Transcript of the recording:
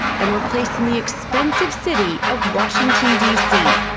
and were placed in the expensive city of washington, d c.